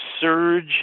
surge